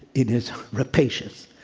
it is rapacious.